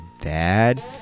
dad